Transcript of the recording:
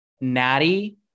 Natty